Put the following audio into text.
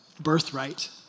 birthright